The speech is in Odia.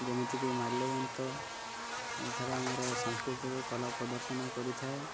ଯେମିତି କି ମାଲ୍ୟବନ୍ତ ଏଠାରେ ଆମର ସାଂସ୍କୃତିକ କଳା ପ୍ରଦର୍ଶନ କରିଥାଏ